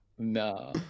no